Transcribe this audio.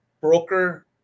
broker